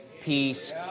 peace